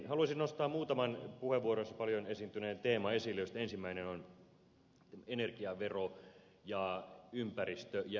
haluaisin nostaa muutaman puheenvuoroissa paljon esiintyneen teeman esille joista ensimmäinen on energiavero ja ympäristö ja energiasatsaukset